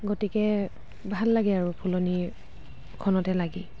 গতিকে ভাল লাগে আৰু ফুলনিখনতে লাগি